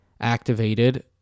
activated